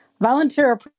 volunteer